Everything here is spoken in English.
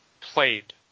played